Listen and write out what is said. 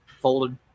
folded